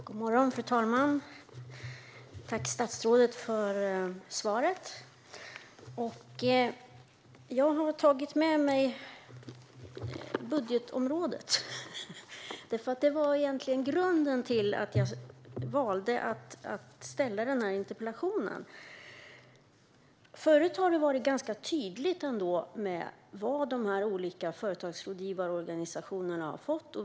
Fru talman! God morgon! Jag tackar statsrådet för svaret. Jag har tagit med mig budgetområdet i bokform, för det var egentligen grunden till att jag valde att ställa den här interpellationen. Förut har det varit ganska tydligt vad de olika företagsrådgivarorganisationerna har fått.